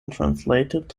translated